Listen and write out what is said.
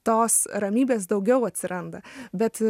tos ramybės daugiau atsiranda bet